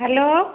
hello